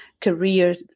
career